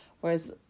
Whereas